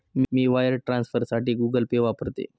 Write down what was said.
मी wire ट्रान्सफरसाठी Google Pay वापरते